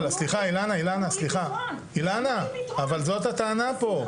אילנה, סליחה, רגע, אבל זו הטענה פה,